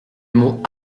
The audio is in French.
mot